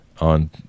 On